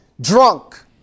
drunk